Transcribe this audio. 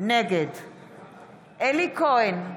נגד אלי כהן,